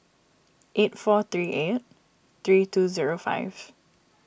eight four three eight three two zero five